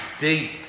deep